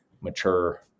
mature